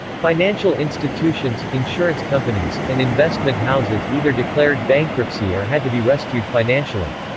financial institutions, insurance companies, and investment houses either declared bankruptcy or had to be rescued financially.